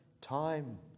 time